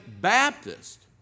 Baptist